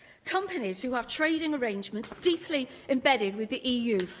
companies who have trading arrangements deeply embedded with the eu,